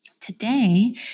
today